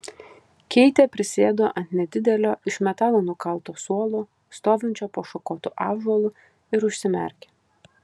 keitė prisėdo ant nedidelio iš metalo nukalto suolo stovinčio po šakotu ąžuolu ir užsimerkė